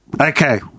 okay